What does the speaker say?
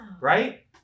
Right